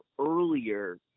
earlier